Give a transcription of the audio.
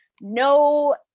no